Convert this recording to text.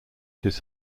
his